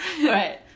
right